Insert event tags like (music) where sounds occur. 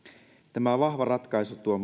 tämä vahva ratkaisu tuo (unintelligible)